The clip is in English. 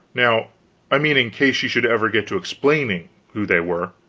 now i mean in case she should ever get to explaining who they were.